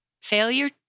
failure